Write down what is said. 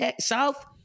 South